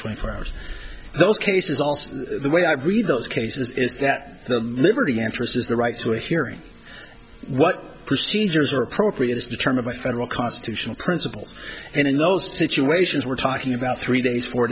twenty four hours those cases all the way i've read those cases is that the liberty interest is the right to a hearing what procedures are appropriate is determined by federal constitutional principles and in those situations we're talking about three days four